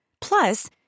Plus